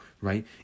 right